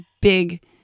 big